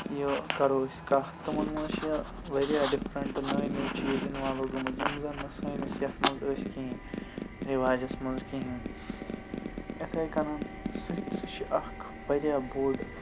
یہِ کَرو أسۍ کَتھ تمَن منٛز چھ واریاہ ڈِفرَنٛٹ نٔے نٔے چیز اِنوالو گٔمٕتۍ یِم زَن نہٕ سٲنِس یِتھ منٛز ٲسۍ کِہینۍ رِواجَس منٛز کہینۍ یِتھے کَنۍ سہٕ سُہ چھ اَکھ واریاہ بوٚڑ